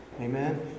Amen